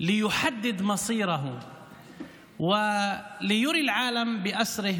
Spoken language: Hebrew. כדי לקבוע את הגורל שלו וכדי להראות לעולם כולו,